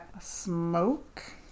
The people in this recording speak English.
Smoke